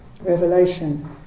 revelation